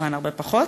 כמובן הרבה פחות,